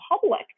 public